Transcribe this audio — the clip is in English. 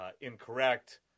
incorrect